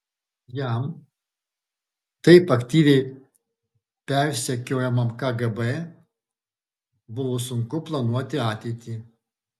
jam taip aktyviai persekiojamam kgb buvo sunku planuoti ateitį